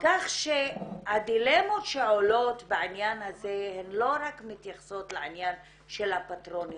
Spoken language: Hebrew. כך שהדילמות שעולות בעניין הזה לא מתייחסות רק לעניין הפטרונות.